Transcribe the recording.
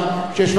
ההערה הקצרה